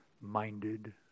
minded